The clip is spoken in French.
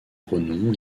renom